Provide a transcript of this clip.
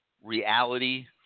reality